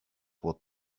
would